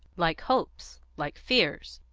like hopes, like fears.